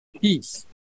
peace